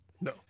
no